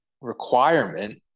requirement